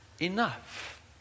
enough